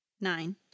Nine